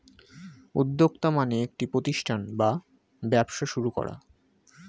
উদ্যোক্তা মানে একটি প্রতিষ্ঠান বা ব্যবসা শুরু করা